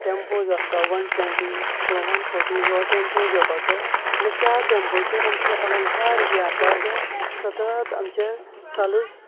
tempo जो आसा one twenty किंवां वन फॉटी व्हो टॅम्पो घेवपाचो आनी त्या टॅम्पोचेर आमचो अलंकार जे आसात ते सतत आमचे चालूच